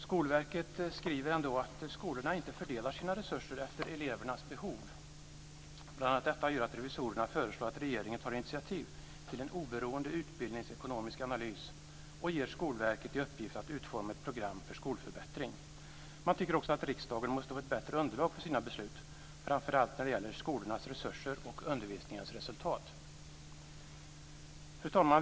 Skolverket skriver ändå att skolorna inte fördelar sina resurser efter elevernas behov. Bl.a. detta gör att revisorerna föreslår att regeringen tar initiativ till en oberoende utbildningsekonomisk analys och ger Skolverket i uppgift att utforma ett program för skolförbättring. Man tycker också att riksdagen måste få ett bättre underlag för sina beslut, framför allt när det gäller skolornas resurser och undervisningens resultat. Fru talman!